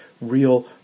real